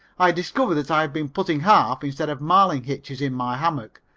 i discovered that i have been putting half instead of marlin hitches in my hammock,